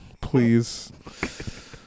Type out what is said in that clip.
Please